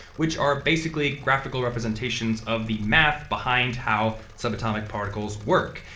which are basically graphical representations of the math behind how subatomic particles work.